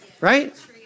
right